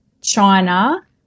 China